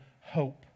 hope